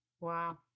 Wow